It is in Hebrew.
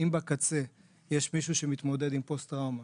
אבל אם בקצה יש מישהו שמתמודד עם פוסט-טראומה